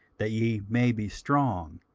that ye may be strong,